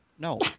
No